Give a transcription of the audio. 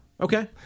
Okay